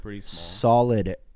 solid